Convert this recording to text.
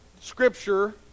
Scripture